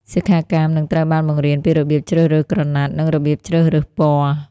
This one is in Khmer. សិក្ខាកាមនឹងត្រូវបានបង្រៀនពីរបៀបជ្រើសរើសក្រណាត់ និងរបៀបជ្រើសរើសពណ៌។